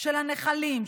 של הנחלים,